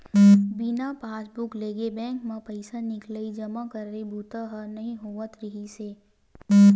बिना पासबूक लेगे बेंक म पइसा निकलई, जमा करई बूता ह नइ होवत रिहिस हे